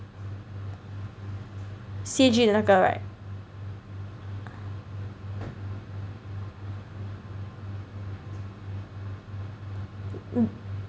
C_G 的那个 right